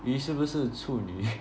你是不是处女